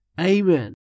Amen